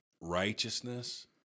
righteousness